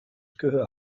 gehör